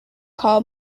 call